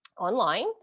online